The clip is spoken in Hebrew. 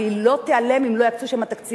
והיא לא תיעלם אם לא יקצו שם תקציבים.